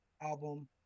album